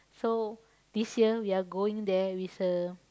so this year we are going there with a